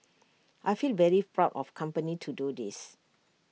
I feel very proud of company to do this